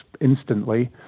instantly